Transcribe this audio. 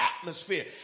atmosphere